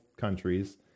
countries